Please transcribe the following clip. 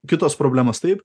kitos problemos taip